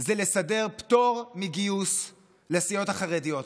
היא לסדר פטור מגיוס לסיעות החרדיות.